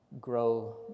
grow